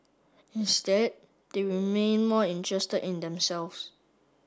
instead they remained more interested in themselves